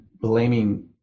blaming